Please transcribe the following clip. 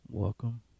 Welcome